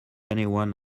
anyone